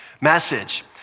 message